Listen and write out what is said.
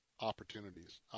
opportunities